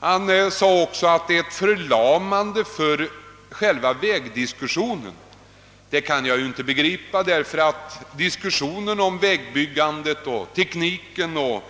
som hade ansvaret härför. Herr Bengtson menade också att detta hade verkat förlamande på diskussionen om vägbyggandet. Det kan jag inte begripa.